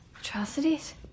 Atrocities